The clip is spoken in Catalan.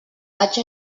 vaig